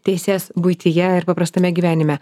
teises buityje ir paprastame gyvenime